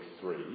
three